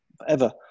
forever